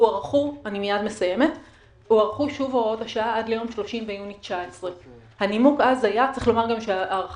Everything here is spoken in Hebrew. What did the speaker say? הוארכו שוב הוראות השעה עד ליום 30 ביוני 2019. צריך לומר שההארכה